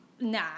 Nah